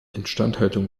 instandhaltung